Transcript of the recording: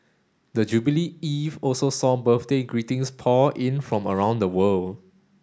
the jubilee eve also saw birthday greetings pour in from around the world